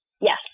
Yes